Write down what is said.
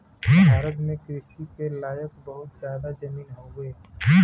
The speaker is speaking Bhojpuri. भारत में कृषि के लायक बहुत जादा जमीन हउवे